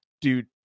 Dude